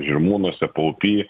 žirmūnuose paupy